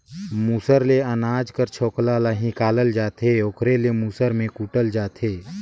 मूसर ले अनाज कर छोकला ल हिंकालल जाथे ओकरे ले मूसर में कूटल जाथे